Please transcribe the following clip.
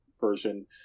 version